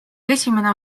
esimene